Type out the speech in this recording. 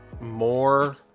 more